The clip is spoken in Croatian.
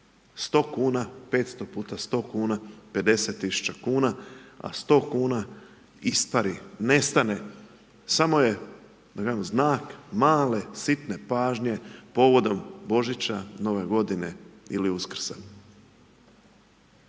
100 kuna, 500 puta 100 kuna, 50 000 kuna, a 100 kuna ispari, nestane, samo je znak male, sitne pažnje povodom Božića, Nove Godine ili Uskrsa.